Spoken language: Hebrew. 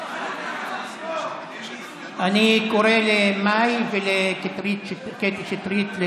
אני קורא למאי ולקטי שטרית,